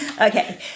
Okay